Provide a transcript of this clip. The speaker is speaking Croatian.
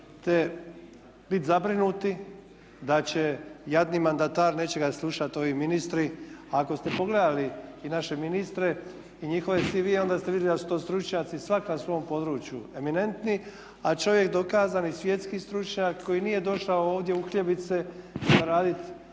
biti zabrinuti da će jadni mandatar, neće ga slušati ovi ministri, ako ste pogledali i naše ministre i njihove CV-e onda ste vidjeli da su to stručnjaci svako na svom području eminentni, a čovjek dokazani svjetski stručnjak koji nije došao ovdje uhljebit se i zaradit